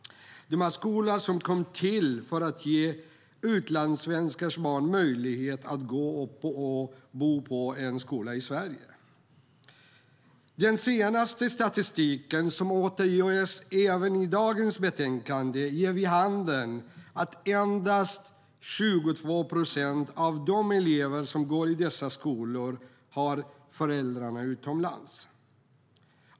Det är skolor som kom till för att ge utlandssvenskars barn möjlighet att gå i och bo på en skola i Sverige.Den senaste statistiken, som även återges i dagens betänkande, ger vid handen att endast 22 procent av de elever som går i dessa skolor har föräldrarna utomlands.